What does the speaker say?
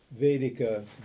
Vedika